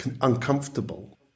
uncomfortable